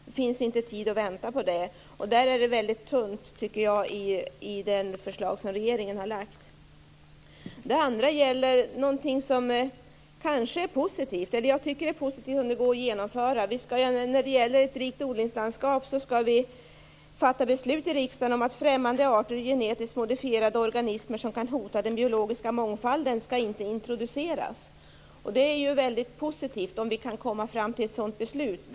Det finns inte tid att vänta. Där är det väldigt tunt i det förslag som regeringen har lagt. Den andra frågan gäller någonting som jag tycker är positivt om det går att genomföra. När det gäller ett rikt odlingslandskap skall vi fatta beslut i riksdagen om att främmande arter och genetiskt modifierade organismer som kan hota den biologiska mångfalden inte skall introduceras. Det är positivt om vi kan komma fram till ett sådant beslut.